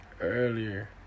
Earlier